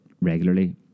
regularly